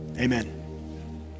Amen